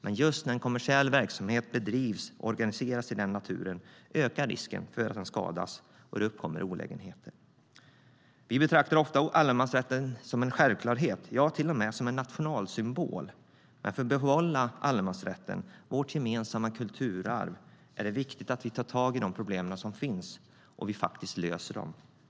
Men när en kommersiell verksamhet organiseras i naturen ökar risken att den skadas och att det uppkommer olägenheter. Vi betraktar ofta allemansrätten som en självklarhet, ja, till och med som en nationalsymbol. Men för att behålla allemansrätten, vårt gemensamma kulturarv, är det viktigt att vi tar tag i de problem som finns och faktiskt löser dem.